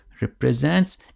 represents